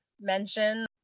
mention